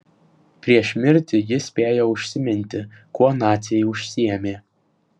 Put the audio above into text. prieš mirtį jis spėjo užsiminti kuo naciai užsiėmė